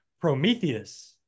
Prometheus